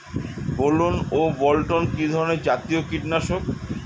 গোলন ও বলটন কি ধরনে জাতীয় কীটনাশক?